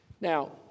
Now